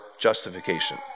justification